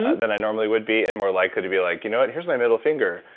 than i normally would be, and more likely to be like you know what? here's my middle finger.